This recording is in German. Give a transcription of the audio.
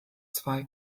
zwei